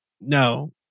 no